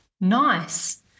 nice